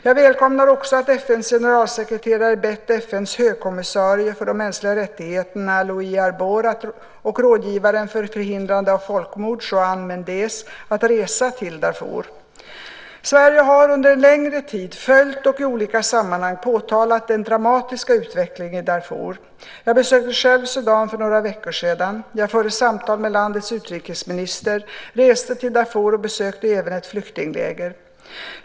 Jag välkomnar också att FN:s generalsekreterare bett FN:s högkommissarie för de mänskliga rättigheterna, Louise Arbour, och rådgivaren för förhindrande av folkmord, Juan Méndez, att resa till Darfur. Sverige har under en längre tid följt och i olika sammanhang påtalat den dramatiska utvecklingen i Darfur. Jag besökte själv Sudan för några veckor sedan. Jag förde samtal med landets utrikesminister, reste till Darfur och besökte även ett flyktingläger.